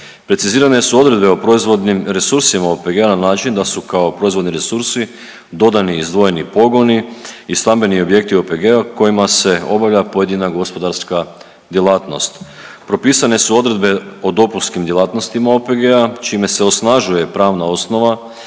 Precizirane su odredbe o proizvodnim resursima OPG-a na način da su kao proizvodni resursi dodani izdvojeni pogoni i stambeni objekti OPG-a kojima se obavlja pojedina gospodarska djelatnost. Propisane su odredbe o dopunskim djelatnostima OPG-a, čime se osnažuje pravna osnova